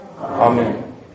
Amen